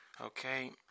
Okay